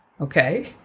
Okay